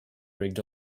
rigged